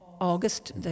august